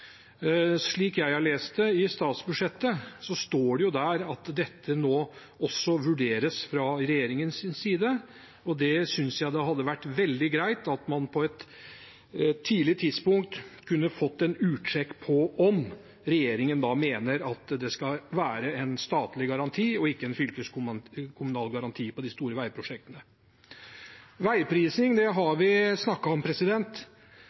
Slik jeg har lest statsbudsjettet, står det jo der at dette nå også vurderes fra regjeringens side. Jeg synes det hadde vært veldig greit om man på et tidlig tidspunkt kunne få en utsjekk på om regjeringen mener at det skal være en statlig garanti – og ikke en fylkeskommunal garanti – på de store veiprosjektene. Veiprising har vi snakket om.